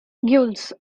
gules